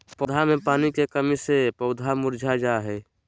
पौधा मे पानी के कमी से पौधा मुरझा जा हय